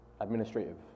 administrative